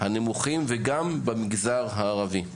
הנמוכים וגם במגזר הערבי.